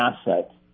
asset